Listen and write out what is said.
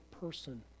person